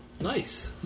Nice